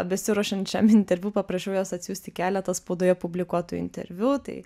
besiruošiant šiam interviu paprašiau jos atsiųsti keletą spaudoje publikuotų interviu tai